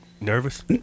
nervous